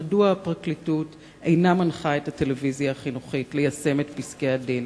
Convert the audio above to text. מדוע הפרקליטות אינה מנחה את הטלוויזיה החינוכית ליישם את פסקי-הדין